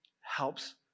Helps